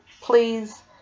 please